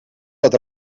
dat